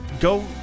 Go